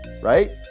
right